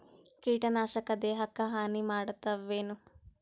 ಕೀಟನಾಶಕ ದೇಹಕ್ಕ ಹಾನಿ ಮಾಡತವೇನು?